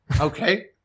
Okay